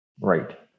Right